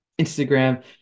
Instagram